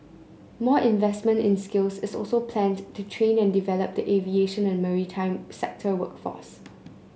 more investment in skills is also planned to train and develop the aviation and maritime sector workforce